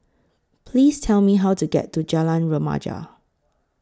Please Tell Me How to get to Jalan Remaja